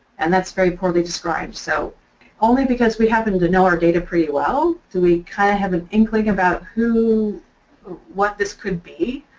and that's very poorly described. so only because we happen to know our data pretty well do we kind of have an inkling about who or what this could be.